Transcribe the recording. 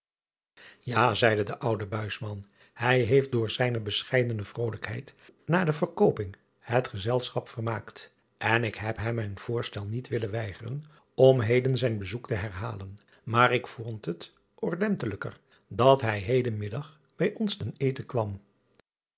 a zeide de oude hij heeft door zijne bescheidene vrolijkheid na de verkooping het gezelschap vermaakt en ik heb hem zijn voorstel niet willen weigeren om heden zijn bezoek te herhalen maar ik vond het ordenlijker dat hij heden middag bij ons ten eten kwam